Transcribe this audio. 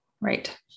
Right